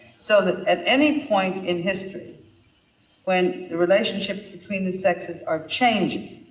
so that at any point in history when the relationship between the sexes are changing,